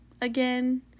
again